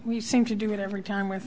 we seem to do it every time with